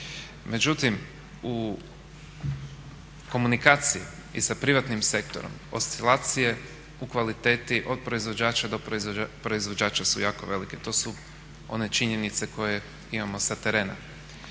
Međutim, u komunikaciji i sa privatnim sektorom oscilacije u kvaliteti od proizvođača do proizvođača su jako velike. To su one činjenice koje imamo sa terena